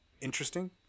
interesting